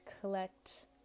collect